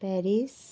Paris